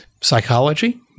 psychology